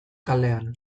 kalean